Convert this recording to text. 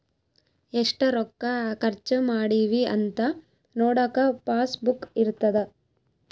ಎಷ್ಟ ರೊಕ್ಕ ಖರ್ಚ ಮಾಡಿವಿ ಅಂತ ನೋಡಕ ಪಾಸ್ ಬುಕ್ ಇರ್ತದ